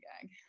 gag